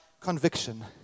conviction